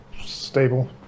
stable